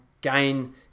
gain